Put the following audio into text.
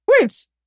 Wait